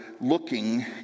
looking